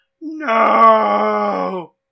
No